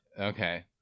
Okay